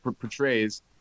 portrays